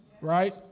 Right